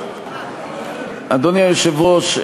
אדוני היושב-ראש,